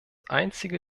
einzige